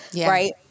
Right